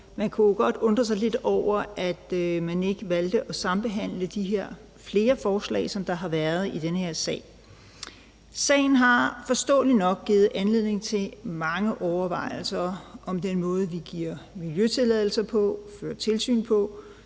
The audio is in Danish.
man kunne jo godt undre sig lidt over, at man ikke valgte at sambehandle de her flere lovforslag, som der har været i den her sag. Sagen har forståeligt nok givet anledning til mange overvejelser om den måde, vi giver miljøtilladelser på, fører tilsyn på,